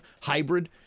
hybrid